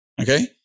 Okay